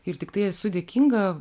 ir tiktai esu dėkinga